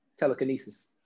Telekinesis